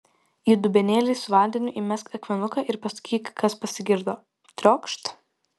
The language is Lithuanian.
į dubenėlį su vandeniu įmesk akmenuką ir pasakyk kas pasigirdo triokšt